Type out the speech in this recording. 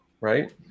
right